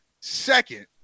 second